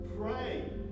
Pray